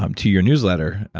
um to your newsletter,